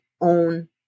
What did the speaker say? own